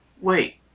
Wait